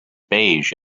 beige